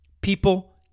People